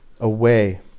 away